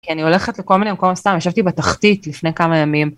כי אני הולכת לכל מיני מקומות, סתם, ישבתי בתחתית לפני כמה ימים.